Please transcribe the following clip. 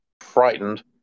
frightened